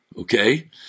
Okay